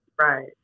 Right